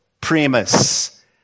Primus